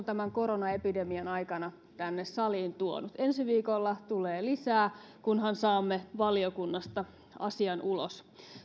tämän koronaepidemian aikana tänne saliin tuonut ensi viikolla tulee lisää kunhan saamme valiokunnasta asian ulos